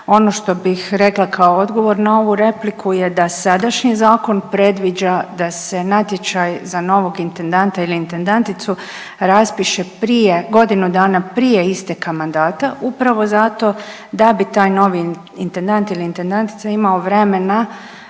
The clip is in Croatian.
Ono što bih rekla kao odgovor na ovu repliku je da sadašnji zakon predviđa da se natječaj za novog intendanta ili intendanticu raspiše prije, godinu dana prije isteka mandata upravo zato da bi taj novi intendant ili intendantica imao vremena